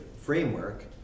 framework